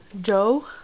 Joe